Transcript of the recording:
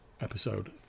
episode